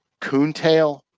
Coontail